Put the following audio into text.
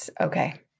Okay